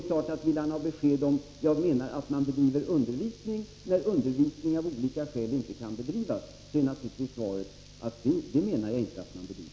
Om Larz Johansson vill ha besked om huruvida man bedriver undervisning när undervisning av olika skäl inte kan bedrivas, är naturligtvis svaret att jag inte menar att så är fallet.